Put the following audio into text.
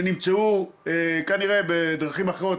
נמצאים מאומתים בדרכים אחרות,